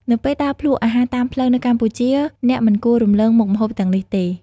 នៅពេលដើរភ្លក្សអាហារតាមផ្លូវនៅកម្ពុជា អ្នកមិនគួររំលងមុខម្ហូបទាំងនេះទេ ។